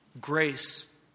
Grace